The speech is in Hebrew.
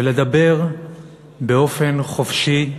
ולדבר באופן חופשי,